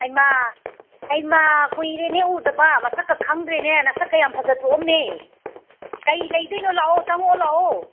ꯍꯩꯃꯥ ꯍꯩꯃꯥ ꯀꯨꯏꯔꯦꯅꯦ ꯎꯗꯕ ꯃꯁꯛꯀ ꯈꯪꯗ꯭ꯔꯦꯅꯦ ꯅꯁꯛꯀ ꯌꯥꯝ ꯐꯖꯊꯣꯛꯑꯝꯃꯦ ꯀꯩ ꯂꯩꯗꯣꯏꯅꯣ ꯂꯥꯛꯑꯣ ꯆꯪꯉꯛꯑꯣ ꯂꯥꯛꯑꯣ